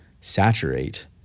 saturate